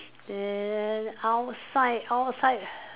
and outside outside